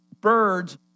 Birds